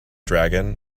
dragon